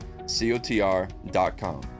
cotr.com